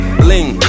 bling